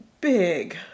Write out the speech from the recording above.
big